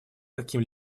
каким